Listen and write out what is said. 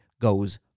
goes